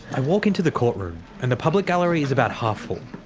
i walk into the courtroom and the public gallery is about half-full.